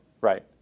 Right